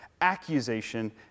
accusation